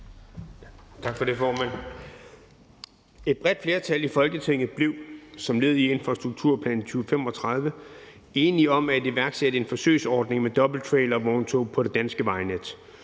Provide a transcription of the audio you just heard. Tak for det, formand. Et bredt flertal i Folketinget blev som led i infrastrukturplanen for 2035 enige om at iværksætte en forsøgsordning med dobbelttrailervogntog på det danske vejnet.